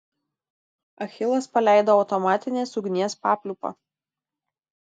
achilas paleido automatinės ugnies papliūpą